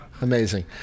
Amazing